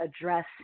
address